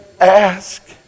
ask